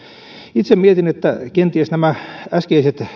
itse mietin että kenties nämä äskeisten